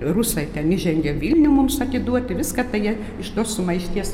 rusai ten įžengė vilnių mums atiduoti viską tai jie iš tos sumaišties